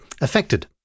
affected